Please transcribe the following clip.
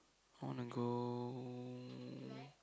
I want to go